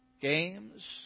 games